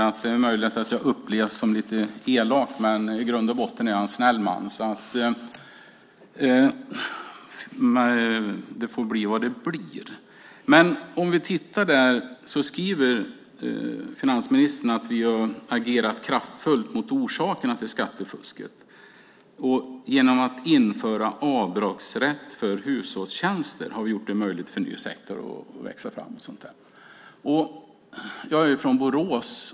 Det är möjligt att jag upplevs som lite elak, men i grund och botten är jag en snäll man. Det får bli vad det blir. Finansministern skriver: "Vi har agerat kraftfullt mot orsakerna till skattefusket. Genom att införa avdragsrätt för hushållstjänster har vi gjort det möjligt för en ny sektor." att växa fram och så vidare. Jag är från Borås.